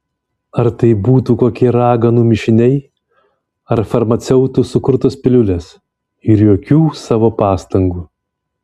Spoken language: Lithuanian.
ar tai būtų kokie raganų mišiniai ar farmaceutų sukurtos piliulės ir jokių savo pastangų